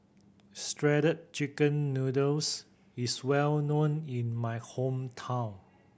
Shredded Chicken Noodles is well known in my hometown